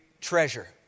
treasure